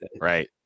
Right